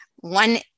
One